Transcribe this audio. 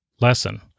lesson